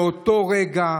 מאותו רגע,